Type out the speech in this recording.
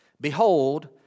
behold